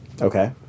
Okay